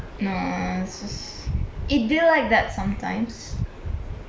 no ah s~ it did like that sometimes